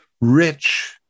rich